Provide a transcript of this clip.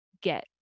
get